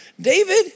David